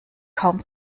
kaum